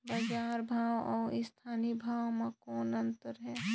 बजार भाव अउ स्थानीय भाव म कौन अन्तर हे?